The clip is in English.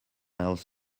else